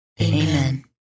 Amen